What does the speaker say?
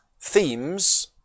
themes